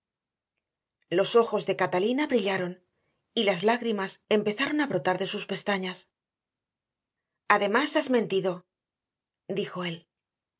los ojos de catalina brillaron y las lágrimas empezaron a brotar de sus pestañas además has mentido dijo él